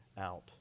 out